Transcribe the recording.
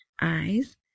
eyes